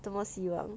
多么希望